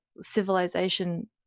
civilization